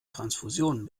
transfusionen